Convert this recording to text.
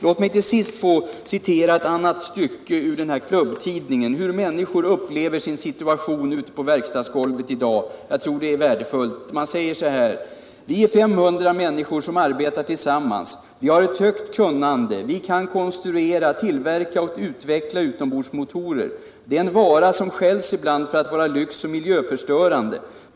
Låt mig till sist få citera ytterligare ett stycke ur den klubbtidning som jag tidigare åberopade. Citatet visar hur människor upplever sin situation ute på verkstadsgolvet i dag, och jag tror det är värdefullt att detta klargörs: ”Vi är femhundra människor som arbetar tillsammans. Vi har ett högt kunnande. Vi kan konstruera, tillverka och utveckla utombordsmotorer. Det är en vara som skälls ibland för att vara lyx och miljöförstörande.